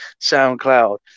SoundCloud